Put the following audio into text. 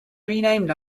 renamed